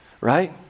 right